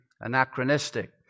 anachronistic